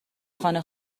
خانه